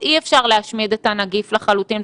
לא דין עסק קטן כדין עסק גדול.